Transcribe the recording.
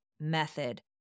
method